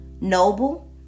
noble